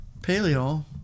paleo